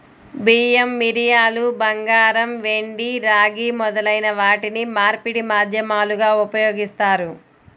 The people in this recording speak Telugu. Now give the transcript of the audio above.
బియ్యం, మిరియాలు, బంగారం, వెండి, రాగి మొదలైన వాటిని మార్పిడి మాధ్యమాలుగా ఉపయోగిస్తారు